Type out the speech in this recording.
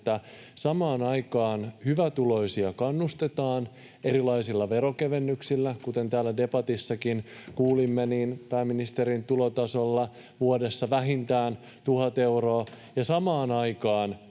että samaan aikaan hyvätuloisia kannustetaan erilaisilla veronkevennyksillä — kuten täällä debatissakin kuulimme, pääministerin tulotasolla vuodessa vähintään 1 000 euroa — ja pienituloisia